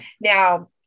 Now